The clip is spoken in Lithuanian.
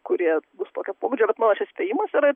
kurie bus tokio pobūdžio bet mano čia spėjimas yra